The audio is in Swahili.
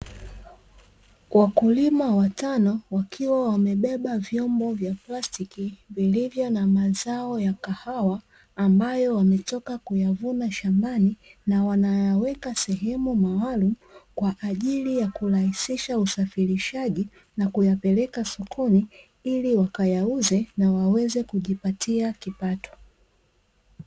Wakulima watano wakiwa wamebeba vyombo vya plastiki vilivyo na mazao ya kahawa ambayo wametoka kuyavuna shambani na wanayaweka sehemu maalumu, kwa ajili ya kurahisisha usafirishaji na kuyapeleka sokoni ili wakayauze na waweze kujipatia kipato.